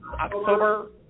October